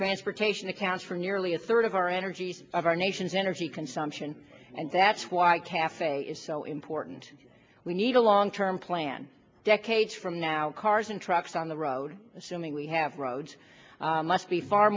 transportation accounts for nearly a third of our energy of our nation's energy consumption and that's why cafe is so important we need a long term plan decades from now cars and trucks on the road assuming we have roads must be far